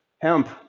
Hemp